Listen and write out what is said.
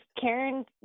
karen